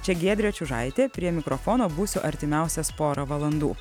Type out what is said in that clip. čia giedrė čiužaitė prie mikrofono būsiu artimiausias porą valandų